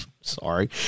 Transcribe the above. Sorry